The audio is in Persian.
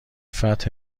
فتح